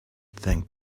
thank